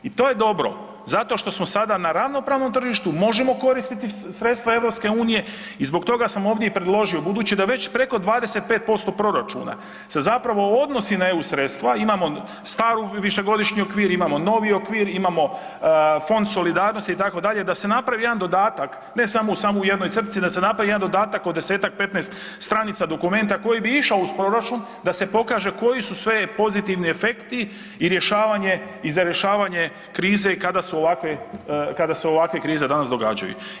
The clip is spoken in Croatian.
I to je dobro zato što smo sada na ravnopravnom tržištu, možemo koristiti sredstva EU i zbog toga sam i ovdje i predložio budući da već preko 25% proračuna se zapravo odnosi na EU sredstva, imamo stari višegodišnji okvir imamo novi okvir, imamo fond solidarnosti da se napravi jedan dodatak, ne samo u, samo u jednoj crtici da se napravi jedan dodatak od 10-tak, 15 stranica dokumenta koji bi išao uz proračun da se pokaže koji su sve pozitivni efekti i rješavanje, i za rješavanje krize i kada se ovakve krize danas događaju.